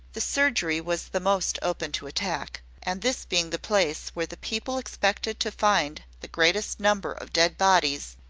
the surgery was the most open to attack and this being the place where the people expected to find the greatest number of dead bodies,